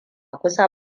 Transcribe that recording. kusa